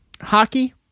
hockey